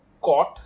caught